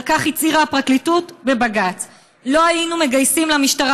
על כך הצהירה הפרקליטות בבג"ץ: לא היינו מגייסים למשטרה